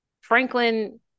franklin